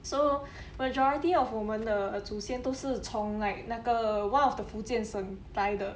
so majority of 我们的祖先都是从 like 那个 one of the 福建省来的